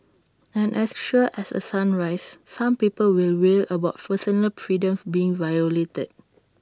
and as sure as A sunrise some people will wail about personal freedoms being violated